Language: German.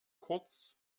kurz